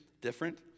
different